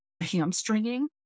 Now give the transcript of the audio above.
hamstringing